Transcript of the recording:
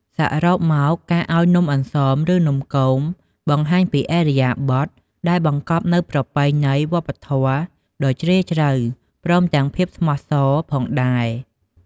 សរុបមក ការឱ្យនំអន្សម ឬ នំគមបង្ហាញពីឥរិយាបថដែលបង្កប់នូវប្រពៃណីវប្បធម៌ដ៏ជ្រាលជ្រៅ ព្រមទាំងភាពស្មោះសរផងដែរ។